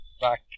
Back